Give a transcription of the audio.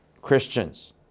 Christians